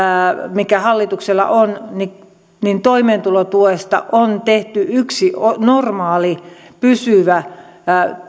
mikä hallituksella on niin niin toimeentulotuesta on tehty yksi normaali pysyvä